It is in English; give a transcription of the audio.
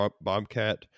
Bobcat